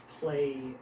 play